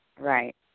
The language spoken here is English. Right